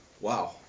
Wow